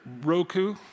Roku